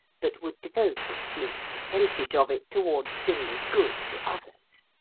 but would devote a small percentage of it towards doing good to others.